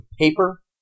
paper